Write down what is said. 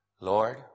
Lord